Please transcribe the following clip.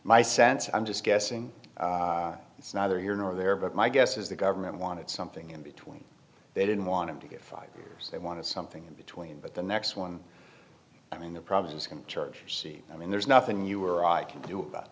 my sense i'm just guessing it's neither here nor there but my guess is the government wanted something in between they didn't want to get five years they wanted something in between but the next one i mean the problem is can charge see i mean there's nothing you or i can do about